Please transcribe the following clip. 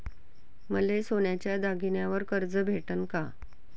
मले सोन्याच्या दागिन्यावर कर्ज भेटन का?